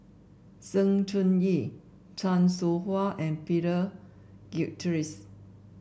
Sng Choon Yee Chan Soh Ha and Peter Gilchrist